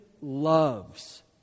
loves